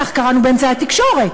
כך קראנו באמצעי התקשורת,